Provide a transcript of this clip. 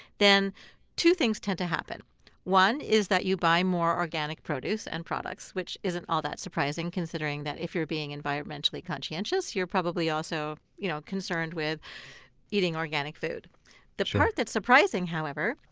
then two things tend to happen one is that you buy more organic produce and products, which isn't all that surprising considering that if you're being environmentally conscientious you're probably also you know concerned with eating organic food the part that is surprising, however,